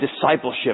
discipleship